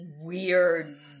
weird